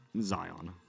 Zion